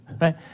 Right